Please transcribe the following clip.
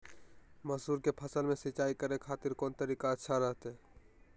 मसूर के फसल में सिंचाई करे खातिर कौन तरीका अच्छा रहतय?